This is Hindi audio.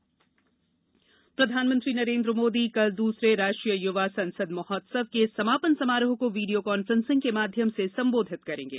युवा महोत्सव रिजिजू प्रधानमंत्री नरेन्द्र मोदी कल दूसरे राष्ट्रीय युवा संसद महोत्सव के समापन समारोह को वीडियो काफ्रेसिंग के माध्य्म से संबोधित करेंगे